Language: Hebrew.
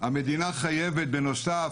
המדינה חייבת בנוסף,